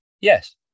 Yes